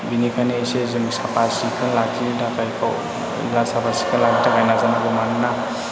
बेनिखायनो इसे जों साफा सिखोन लाखिनो थाखाय बेखौ बा साफा सिखोन लाखिनो थाखाय नाजानांगौ मानोना